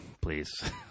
please